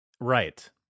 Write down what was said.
Right